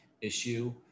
issue